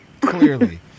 Clearly